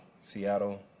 Seattle